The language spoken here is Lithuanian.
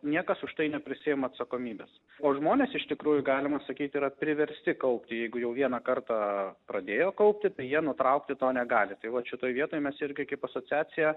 niekas už tai neprisiima atsakomybės o žmonės iš tikrųjų galima sakyt yra priversti kaupti jeigu jau vieną kartą pradėjo kaupti tai jie nutraukti to negali tai vat šitoj vietoj mes irgi kaip asociacija